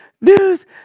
news